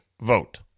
vote